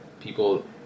people